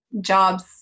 jobs